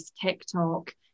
tiktok